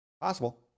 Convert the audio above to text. Possible